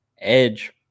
edge